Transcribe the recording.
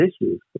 issues